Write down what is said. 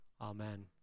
Amen